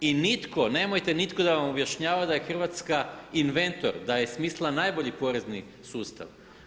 I nitko, nemojte nitko da vam objašnjava da je Hrvatska inventor, da je smislila najbolji porezni sustav.